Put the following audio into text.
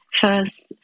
first